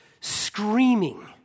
screaming